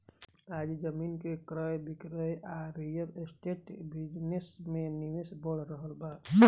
आज जमीन के क्रय विक्रय आ रियल एस्टेट बिजनेस में निवेश बढ़ रहल बा